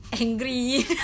angry